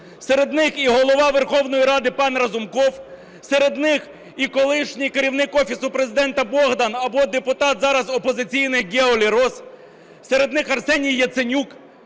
Серед них і Голова Верховної Ради пан Разумков. Серед них і колишній керівник Офісу Президента Богдан або депутат зараз опозиційний Гео Лерос. Серед них Арсеній Яценюк.